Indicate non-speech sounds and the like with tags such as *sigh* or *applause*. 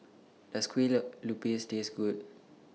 Does Kueh *unintelligible* Lupis Taste Good